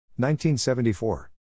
1974